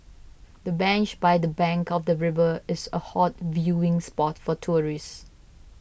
the bench by the bank of the river is a hot viewing spot for tourists